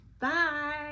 bye